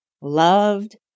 loved